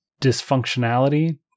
dysfunctionality